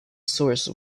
source